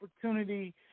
opportunity